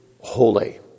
holy